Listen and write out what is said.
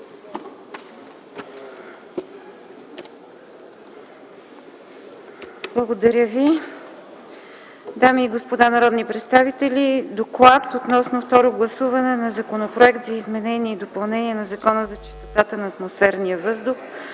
Благодаря Ви. Дами и господа народни представители! „ДОКЛАД относно второ гласуване на Законопроект за изменение и допълнение на Закона за чистотата на атмосферния въздух,